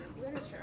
literature